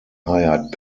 hired